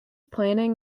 planning